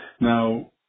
now